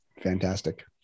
fantastic